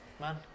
man